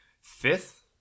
fifth